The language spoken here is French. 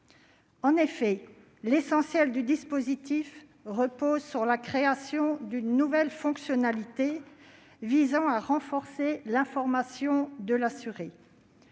En effet, l'essentiel du dispositif repose sur la création d'une nouvelle fonctionnalité renforçant l'information de l'assuré